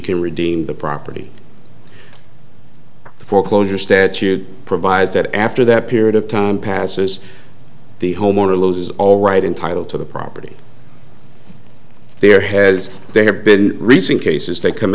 can redeem the property the foreclosure statute provides that after that period of time passes the homeowner loses all right in title to the property there has to have been recent cases that come